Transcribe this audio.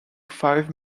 five